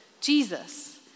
Jesus